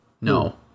No